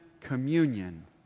communion